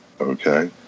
okay